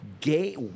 Gay